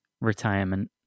retirement